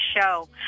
show